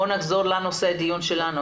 בואו נחזור לנושא הדיון שלנו.